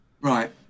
Right